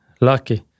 lucky